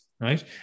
right